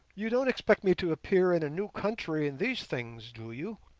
you don't expect me to appear in a new country in these things, do you